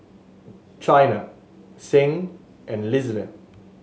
Chyna Sing and Lisle